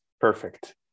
Perfect